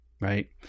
right